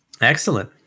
Excellent